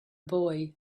boy